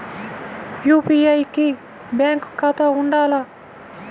UPI కి bank ఖాతా ఉండాల?